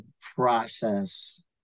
process